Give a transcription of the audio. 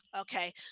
Okay